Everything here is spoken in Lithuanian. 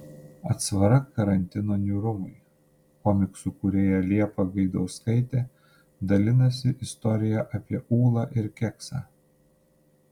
atsvara karantino niūrumui komiksų kūrėja liepa gaidauskaitė dalinasi istorija apie ūlą ir keksą